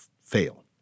fail